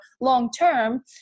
long-term